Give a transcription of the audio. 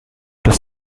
dass